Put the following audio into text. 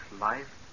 life